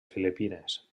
filipines